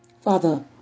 Father